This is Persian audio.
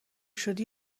شدی